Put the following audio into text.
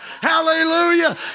Hallelujah